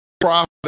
profit